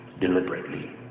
deliberately